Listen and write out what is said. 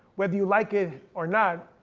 whether you like it or not,